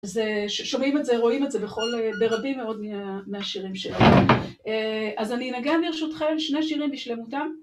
אז שומעים את זה, רואים את זה, בכל, ברבים מאוד מהשירים שלי. אז אני אנגן ברשותכם שני שירים בשלמותם.